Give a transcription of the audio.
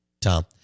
Tom